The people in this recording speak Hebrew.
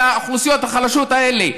לאוכלוסיות החלשות האלה,